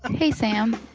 and hey, sam.